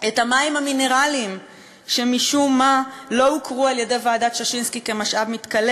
את המים המינרליים שמשום מה לא הוכרו על-ידי ועדת ששינסקי כמשאב מתכלה